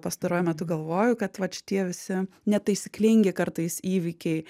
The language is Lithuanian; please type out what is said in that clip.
pastaruoju metu galvoju kad vat šitie visi netaisyklingi kartais įvykiai